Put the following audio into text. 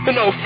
no